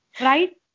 Right